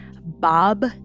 Bob